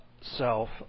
self